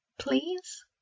please